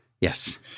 Yes